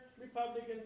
Republicans